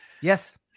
Yes